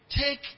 take